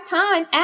time